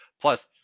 Plus